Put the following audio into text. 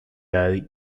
daddy